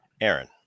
aaron